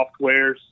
softwares